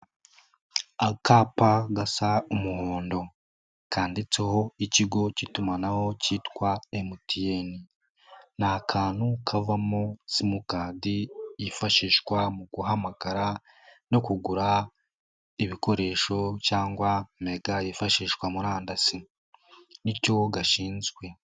Akapa gasa umuhondo, kandiditseho ikigo k'itumanaho kitwa MTN, ni akantu kavamo simukadi yifashishwa mu guhamagara no kugura ibikoresho cyangwa mega yifashishwa murandasi, ni cyo gashinzwe.